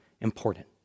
important